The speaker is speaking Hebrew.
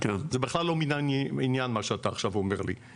זה בכלל לא מן העניין מה שאתה עכשיו אומר לי.